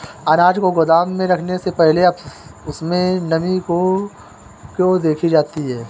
अनाज को गोदाम में रखने से पहले उसमें नमी को क्यो देखी जाती है?